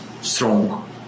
strong